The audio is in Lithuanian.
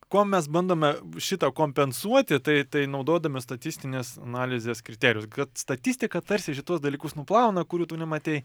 kuo mes bandome šitą kompensuoti tai tai naudodami statistinės analizės kriterijus kad statistika tarsi šituos dalykus nuplauna kurių tu nematei